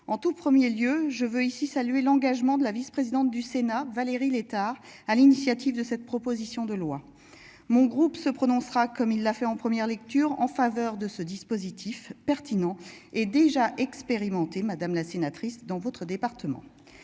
En tout, 1er lieu je veux ici saluer l'engagement de la vice-présidente du Sénat Valérie Létard. À l'initiative de cette proposition de loi. Mon groupe se prononcera comme il l'a fait en première lecture en faveur de ce dispositif pertinent et déjà expérimenté madame la sénatrice dans votre département.